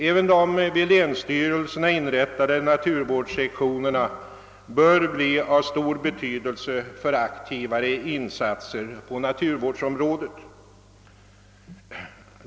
Även de vid länsstyrelserna inrättade naturvårdssektionerna bör bli av stor betydelse för aktivare insatser på naturvårdsområdet.